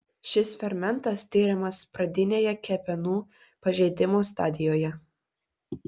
šis fermentas tiriamas pradinėje kepenų pažeidimo stadijoje